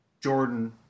Jordan